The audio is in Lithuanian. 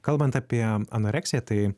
kalbant apie anoreksiją tai